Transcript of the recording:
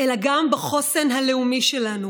אלא גם בחוסן הלאומי שלנו,